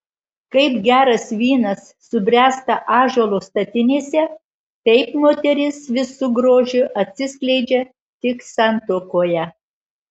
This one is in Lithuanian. kaip geras vynas subręsta ąžuolo statinėse taip moteris visu grožiu atsiskleidžia tik santuokoje